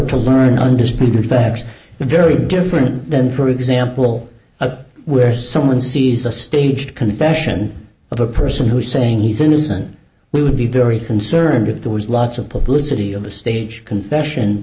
to learn undisputed facts very different than for example a where someone sees a staged confession of a person who's saying he's innocent we would be very concerned with there was lots of publicity of a staged confession